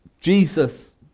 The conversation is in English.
Jesus